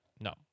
no